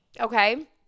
okay